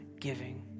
giving